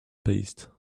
paste